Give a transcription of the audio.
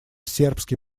сербский